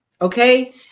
okay